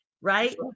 right